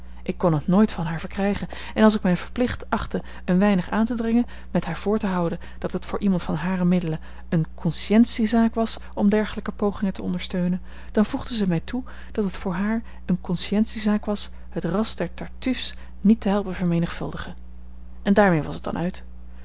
ik kon het nooit van haar verkrijgen en als ik mij verplicht achtte een weinig aan te dringen met haar voor te houden dat het voor iemand van hare middelen eene consciëntiezaak was om dergelijke pogingen te ondersteunen dan voegde zij mij toe dat het voor haar eene consciëntiezaak was het ras der tartuffes niet te helpen vermenigvuldigen en daarmee was het dan uit